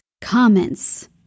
comments